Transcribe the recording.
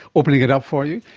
opening it up for you!